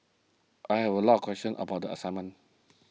I have a lot of questions about the assignment